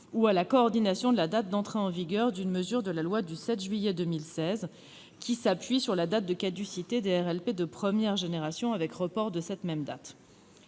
à la coordination de la date d'entrée en vigueur d'une mesure de la loi du 7 juillet 2016, qui s'appuie sur la date de caducité des RLP de première génération, avec le report de cette date.